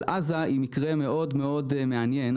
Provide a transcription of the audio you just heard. אבל עזה היא מקרה מאוד מאוד מעניין.